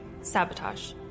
sabotage